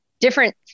different